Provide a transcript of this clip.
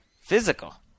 physical